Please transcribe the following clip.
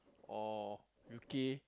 or U_K